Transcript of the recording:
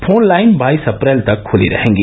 phone line बाईस अप्रैल तक खुली रहेंगी